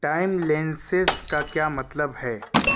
time لینسیس کا کیا مطلب ہے